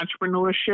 entrepreneurship